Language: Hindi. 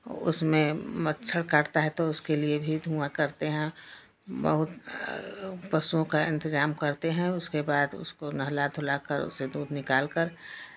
उसमें मच्छर काटता है तो उसके लिये भी धुआं करते हैं बहुत पशुओं का इंतज़ाम करते हैं उसके बाद उसको नहला धुला कर उसे दूध निकाल कर